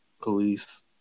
police